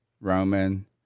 roman